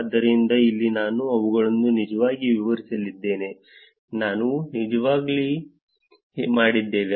ಆದ್ದರಿಂದ ಇಲ್ಲಿ ನಾನು ಅವುಗಳನ್ನು ನಿಜವಾಗಿ ವಿವರಿಸಲಿದ್ದೇನೆ ನಾವು ಈಗಾಗಲೇ ಮಾಡಿದ್ದೇವೆ